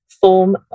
form